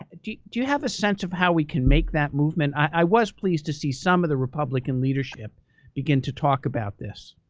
ah do you have a sense of how we can make that movement? i was pleased to see some of the republican leadership begin to talk about this.